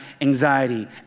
anxiety